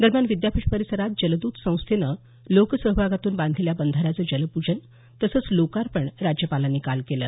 दरम्यान विद्यापीठ परिसरात जलद्रत संस्थेनं लोकसहभागातून बांधलेल्या बंधाऱ्याचं जलपूजन तसंच लोकार्पण राज्यपालांनी काल केलं